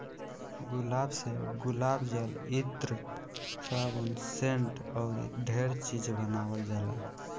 गुलाब से गुलाब जल, इत्र, साबुन, सेंट अऊरो ढेरे चीज बानावल जाला